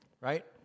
right